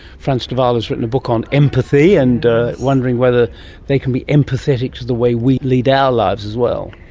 frans de waal, has written a book on empathy and wondering whether they can be empathetic to the way we lead our lives as well.